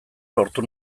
lortu